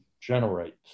generate